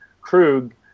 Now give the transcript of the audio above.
Krug